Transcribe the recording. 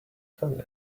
funny